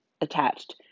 attached